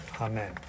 Amen